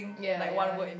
ya ya